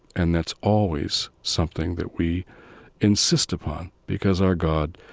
and that's always something that we insist upon because our god,